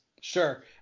Sure